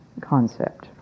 concept